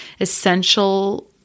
essential